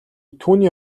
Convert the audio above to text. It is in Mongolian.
түүний